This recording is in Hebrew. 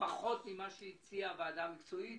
שזה פחות ממה שהציעה הוועדה המקצועית